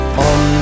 on